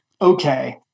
Okay